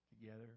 together